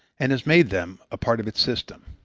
and has made them a part of its system.